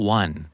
one